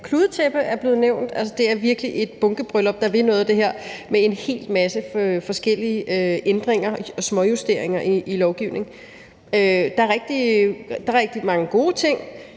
kludetæppe, altså virkelig et bunkebryllup, der vil noget, med hel masse forskellige ændringer og småjusteringer i lovgivningen. Der er rigtig mange gode ting.